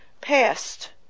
passed